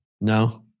No